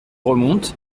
remonte